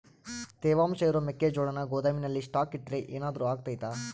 ತೇವಾಂಶ ಇರೋ ಮೆಕ್ಕೆಜೋಳನ ಗೋದಾಮಿನಲ್ಲಿ ಸ್ಟಾಕ್ ಇಟ್ರೆ ಏನಾದರೂ ಅಗ್ತೈತ?